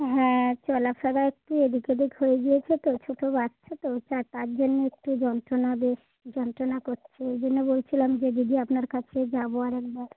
হ্যাঁ চলা ফেরা একটু এদিক ওদিক হয়ে গিয়েছে তো ছোটো বাচ্চা তো চা তার জন্য একটু যন্ত্রণা বেশ যন্ত্রণা করছে এই জন্য বলছিলাম যে দিদি আপনার কাছে যাবো আর একবার